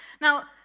Now